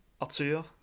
Arthur